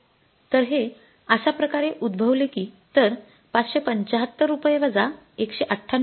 तर हे अश्या प्रकारे उद्भवेल कि तर ५७५ रुपये वजा १९८